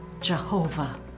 Jehovah